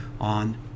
on